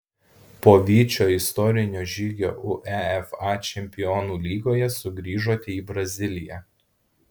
po vyčio istorinio žygio uefa čempionų lygoje sugrįžote į braziliją